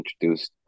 introduced